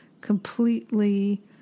completely